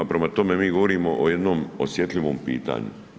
Prema tome mi govorimo o jednom osjetljivom pitanju.